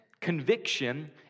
conviction